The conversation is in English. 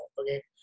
Okay